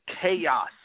Chaos